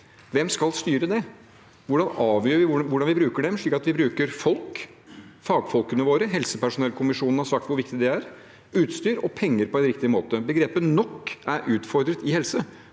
Hvem skal styre det? Hvordan avgjør vi hvordan vi bruker dem, slik at vi bruker folk, fagfolkene våre – helsepersonellkommisjonen har sagt hvor viktig det er – utstyr og penger på en riktig måte? Begrepet «nok» er utfordret i helse,